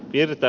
viertä